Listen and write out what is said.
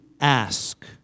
ask